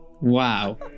Wow